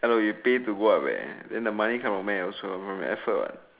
hello you paid to work leh then the money come from meh also from effort what